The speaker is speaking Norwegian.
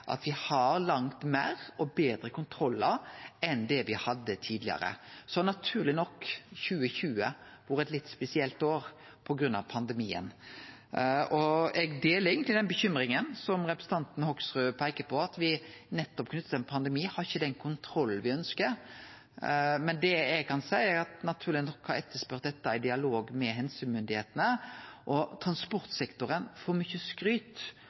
at me har langt fleire og betre kontrollar enn me hadde tidlegare. Så har 2020 naturleg nok vore eit litt spesielt år på grunn av pandemien. Eg deler eigentleg bekymringa som representanten Hoksrud peiker på, om at me nettopp knytt til ein pandemi ikkje har den kontrollen me ønskjer. Det eg kan seie, er at me naturleg nok har etterspurt dette i dialog med helsemyndigheitene, og transportsektoren får mykje skryt